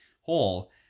whole